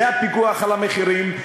זה הפיקוח על המחירים,